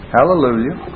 Hallelujah